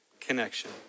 connection